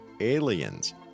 aliens